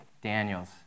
Daniels